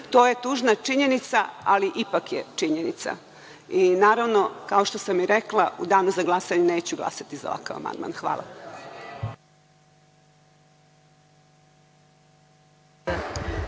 To je tužna činjenica, ali ipak je činjenica i naravno, kao što sam i rekla, u danu za glasanje neću glasati za ovakav amandman. Hvala.